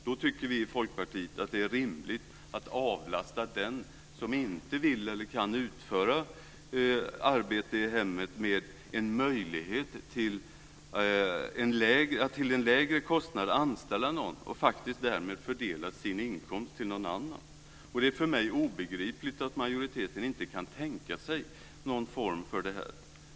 Vi i Folkpartiet tycker att det är rimligt att avlasta den som inte vill eller kan utföra arbete i hemmet genom en möjlighet att till en lägre kostnad anställa någon och faktiskt därmed fördela sin inkomst till någon annan. Det är för mig obegripligt att majoriteten inte kan tänka sig någon form för det här.